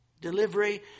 delivery